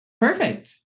perfect